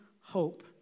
hope